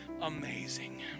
amazing